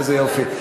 איזה יופי.